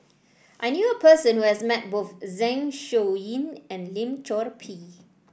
I knew a person who has met both Zeng Shouyin and Lim Chor Pee